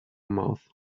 mouth